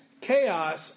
chaos